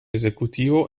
esecutivo